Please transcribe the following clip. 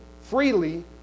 freely